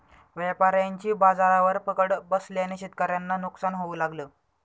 व्यापाऱ्यांची बाजारावर पकड बसल्याने शेतकऱ्यांना नुकसान होऊ लागलं